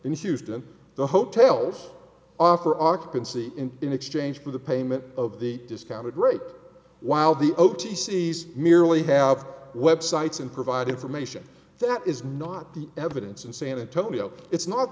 in houston the hotels offer occupancy in exchange for the payment of the discounted rate while the o t c merely have websites and provide information that is not the evidence in san antonio it's no